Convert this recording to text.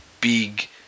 big